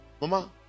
Mama